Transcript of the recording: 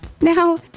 Now